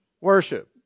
worship